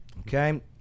Okay